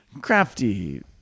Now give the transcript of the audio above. crafty